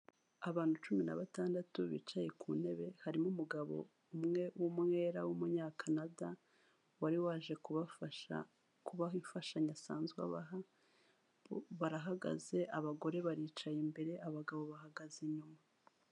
Abantu cumi na batandatu bicaye ku ntebe harimo umugabo umwe w'umwera w'umunyakanada wari waje kubafasha kubaha imfashanyo asanzwe abaha barahagaze abagore baricaye imbere, abagabo bahagaze inyuma.